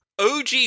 OG